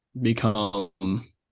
become